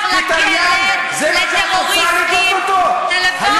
להבריח לכלא לטרוריסטים טלפונים.